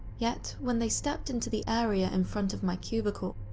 yet, when they stepped into the area in front of my cubicle,